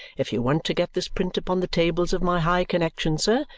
if you want to get this print upon the tables of my high connexion, sir,